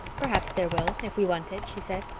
perhaps there will. if we want it, she said,